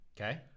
Okay